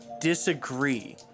disagree